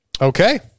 Okay